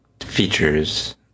features